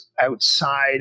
outside